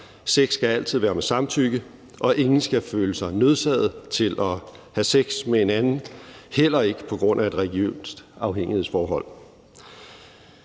Sex skal altid være med samtykke, og ingen skal føle sig nødsaget til at have sex med en anden, heller ikke på grund af et religiøst afhængighedsforhold.